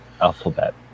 alphabet